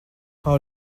how